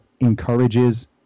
encourages